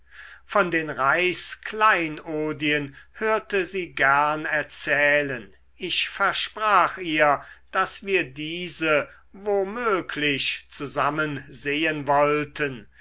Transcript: von den reichskleinodien hörte sie gern erzählen ich versprach ihr daß wir diese wo möglich zusammen sehen wollten